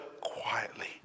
quietly